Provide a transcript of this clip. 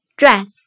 dress